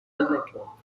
network